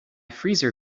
freezer